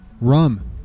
Rum